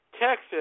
Texas